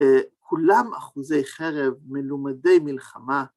‫כולם אחוזי חרב מלומדי מלחמה.